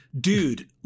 dude